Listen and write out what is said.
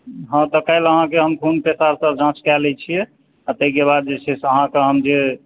हँ तऽ काल्हि अहाँकेँ हम खून पेशाब सब जाँच कए लै छियै आ ताहिकेँ बाद जे छै से आहाँकऽ हम जे